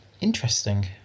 interesting